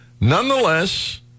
Nonetheless